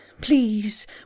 please